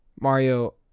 Mario